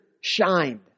shined